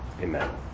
Amen